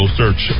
search